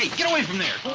get away from there.